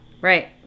Right